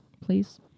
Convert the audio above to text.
Please